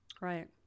Right